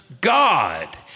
God